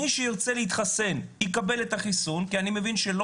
מיש ירצה להתחסן יקבל את החיסון כי אני מבין שלא